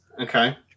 Okay